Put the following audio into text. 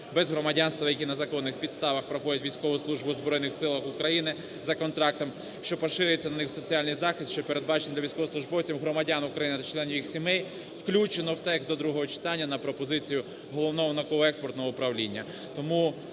без громадянства, які на законних підставах проходять військову службу у Збройних Силах України за контрактом, що поширюється на них соціальний захист, що передбачений для військовослужбовців - громадян України та членів їх сімей, включено в текст до другого читання на пропозицію Головного науково-експертного управління.